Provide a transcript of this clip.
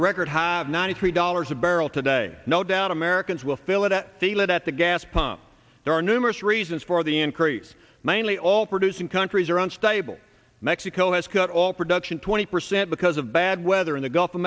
a record high of ninety three dollars a barrel today no doubt americans will fill it at the lead at the gas pump there are numerous reasons for the increase namely all producing countries around stable mexico has cut off production twenty percent because of bad weather in the gulf of